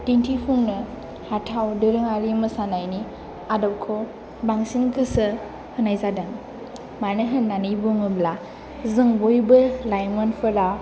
दिन्थिफुंनो हाथाव दोरोङारि मोसानायनि आदबखौ बांसिन गोसो होनाय जादों मानो होन्नानै बुङोब्ला जों बयबो लाइमोनफोरा